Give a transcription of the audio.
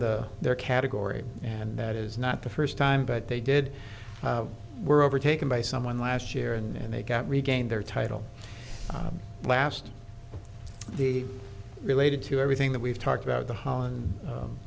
the category and that is not the first time but they did were overtaken by someone last year and they got regain their title last the related to everything that we've talked about the holland